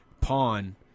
pawn